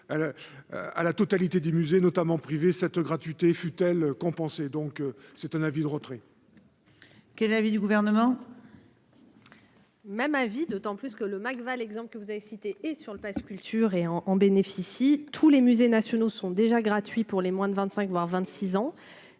à la totalité des musées notamment privé cette gratuité, fût-elle compensée, donc c'est un avis de retrait. Qu'est l'avis du gouvernement. Même avis d'autant plus que le Mac/Val exemple que vous avez cités et sur le Pass culture et en en bénéficient. Si tous les musées. Ne sont déjà gratuit pour les moins de 25 voire 26 ans,